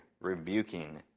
rebuking